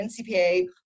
NCPA